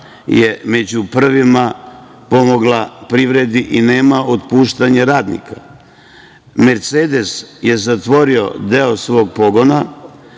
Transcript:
je među prvima pomogla privredi i nema otpuštanja radnika. "Mercedes" je zatvorio deo svog pogona.